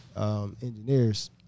engineers